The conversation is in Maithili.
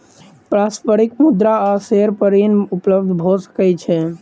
पारस्परिक मुद्रा आ शेयर पर ऋण उपलब्ध भ सकै छै